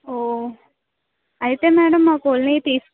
ఓ అయితే మేడం మాకు ఓన్లీ తీస్